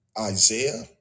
Isaiah